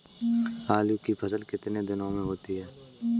आलू की फसल कितने दिनों में होती है?